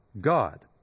God